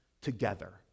together